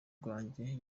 rwanjye